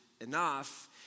enough